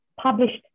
published